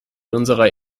unserer